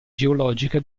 geologica